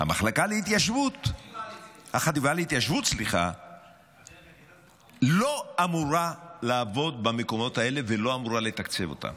החטיבה להתיישבות לא אמורה לעבוד במקומות האלה ולא אמורה לתקצב אותם.